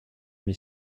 m’y